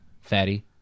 fatty